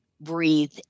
breathe